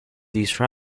these